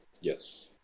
Yes